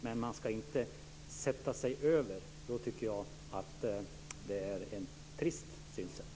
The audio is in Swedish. Men man ska inte sätta sig över kommunerna, något som jag, som sagt, tycker är ett trist synsätt.